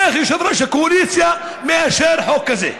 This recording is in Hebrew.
איך יושב-ראש הקואליציה מאשר חוק כזה,